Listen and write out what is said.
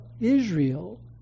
Israel